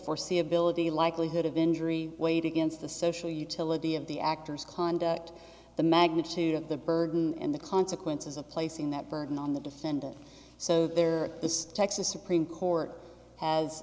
foreseeability likelihood of injury weighed against the social utility of the actor's conduct the magnitude of the burden and the consequences of placing that burden on the defendant so there is texas supreme court has